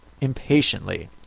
impatiently